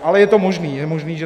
Ale je to možné, je možné, že...